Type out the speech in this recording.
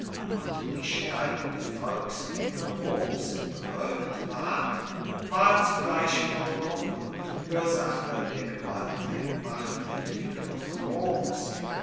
und die steigende volksmenge roms bewirkt ward war zugleich wirkung und ursache der gewaltigen machtentwicklung roms